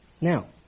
Now